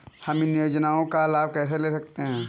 हम इन योजनाओं का लाभ कैसे ले सकते हैं?